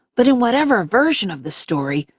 but in whatever version of the story,